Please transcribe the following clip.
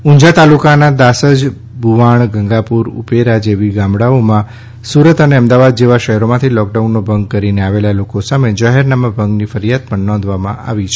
ઊઝા તાલુકાના દાસજ ભુણાવ ગંગાપુરા ઉપેરા જેવી ગામડાંઓમાં સુરત અને અમદાવાદ જેવા શહેરોમાંથી લૉકડાઉનનો ભંગ કરી આવેલ લોકો સામે જાહેરનામા ભંગની ફરિયાદ નોંધાવા પામી છે